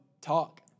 Talk